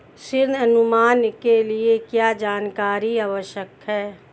ऋण अनुमान के लिए क्या जानकारी आवश्यक है?